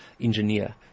engineer